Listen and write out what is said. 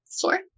Four